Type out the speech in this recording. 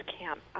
camp